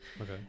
Okay